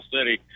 City